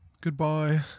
Goodbye